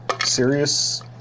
serious